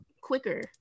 quicker